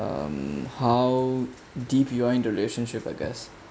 um how deep you are in the relationship I guess